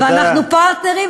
ואנחנו פרטנרים,